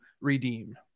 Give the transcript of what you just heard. redeem